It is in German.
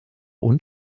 und